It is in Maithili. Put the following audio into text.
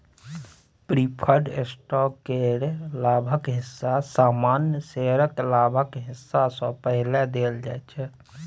प्रिफर्ड स्टॉक केर लाभक हिस्सा सामान्य शेयरक लाभक हिस्सा सँ पहिने देल जाइ छै